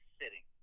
sitting